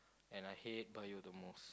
and I hate bio the most